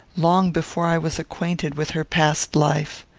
long before i was acquainted with her past life.